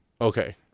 Okay